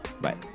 Bye